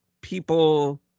people